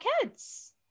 kids